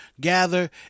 gather